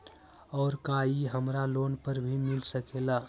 और का इ हमरा लोन पर भी मिल सकेला?